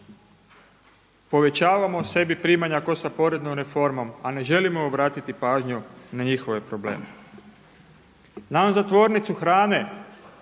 povećavamo sebi primanja kao sa poreznom reformom, a ne želimo obratiti pažnju na njihove probleme. Znam za tvornicu hrane